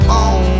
on